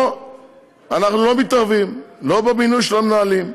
פה אנחנו לא מתערבים לא במינוי של המנהלים,